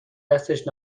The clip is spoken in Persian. دستش